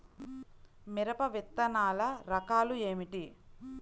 మిరప విత్తనాల రకాలు ఏమిటి?